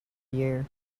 year